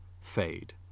fade